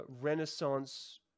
Renaissance